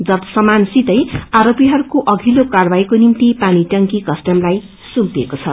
जफ्त सामान सितै आरोपीहरूको अधिल्लो कार्वाहीको निम्ति पानीटंकी कस्टमलाई सुम्पिएको छ